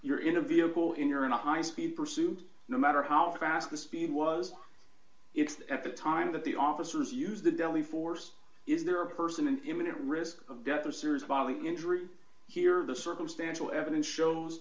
you're in a vehicle in your in a high speed pursuit no matter how fast the speed was it's at the time that the officers use the deadly force is there a person in imminent risk of death or serious bodily injury here the circumstantial evidence shows